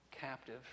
captive